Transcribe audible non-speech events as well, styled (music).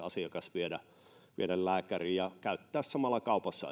(unintelligible) asiakas viedä viedä lääkäriin ja esimerkiksi käyttää samalla kaupassa (unintelligible)